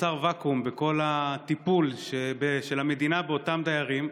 נוצר ואקום בכל הטיפול של המדינה באותם דיירים.